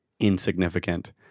insignificant